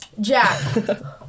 Jack